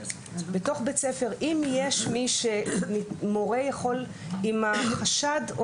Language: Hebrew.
בתוך בית ספר מורה יכול עם החשד או